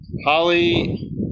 Holly